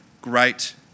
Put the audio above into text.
great